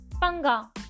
Panga